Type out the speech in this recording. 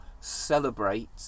celebrate